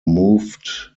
moved